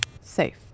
Safe